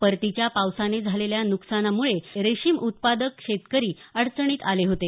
परतीच्या पावसाने झालेल्या नुकसानामुळे रेशीम उत्पादक शेतकरी अडचणीत आले होते